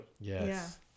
Yes